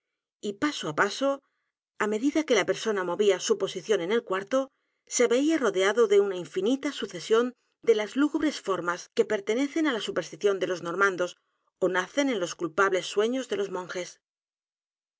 y paso á p a s o á medida que la persona movía su posición en el cuarto se veía rodeado de una infinita sucesión de las lúgubres formas que pertenecen á la superstición de los normandos ó nacen en los culpables sueños de los monjes